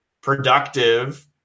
productive –